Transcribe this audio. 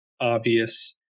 obvious